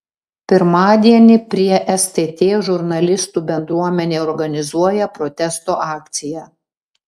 pirmadienį prie stt žurnalistų bendruomenė organizuoja protesto akciją